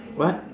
what